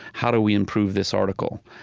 how do we improve this article?